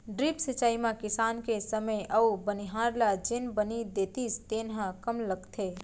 drip सिंचई म किसान के समे अउ बनिहार ल जेन बनी देतिस तेन ह कम लगथे